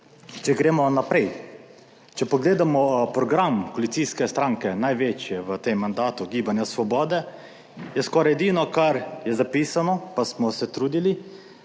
Če gremo naprej. Če pogledamo program koalicijske stranke, največje v tem mandatu Gibanja svobode, je skoraj edino, kar je zapisano, pa smo se trudili,